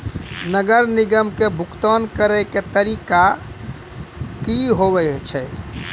नगर निगम के भुगतान करे के तरीका का हाव हाई?